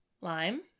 lime